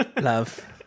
love